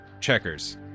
Checkers